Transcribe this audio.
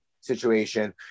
situation